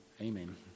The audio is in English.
Amen